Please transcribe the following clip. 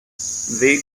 said